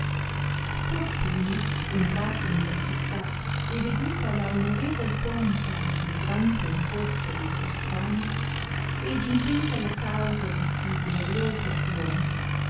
fortunio entrato nella città e veduta la onorevol pompa ed il gran concorso dei giostranti ed intesa la causa di sì glorioso trionfo